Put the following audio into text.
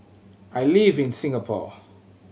I live in Singapore